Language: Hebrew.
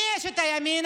אני אשת הימין,